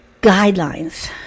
guidelines